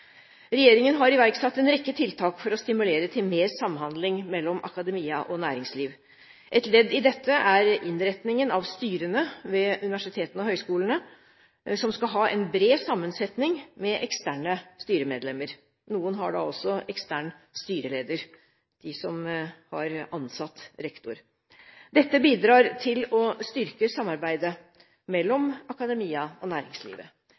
Regjeringen har iverksatt en rekke tiltak for å stimulere til mer samhandling mellom akademia og næringsliv. Et ledd i dette er innretningen av styrene ved universitetene og høgskolene, som skal ha en bred sammensetning, med eksterne styremedlemmer. Noen har da også ekstern styreleder – de som har ansatt rektor. Dette bidrar til å styrke samarbeidet mellom akademia og næringslivet.